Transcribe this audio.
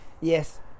Yes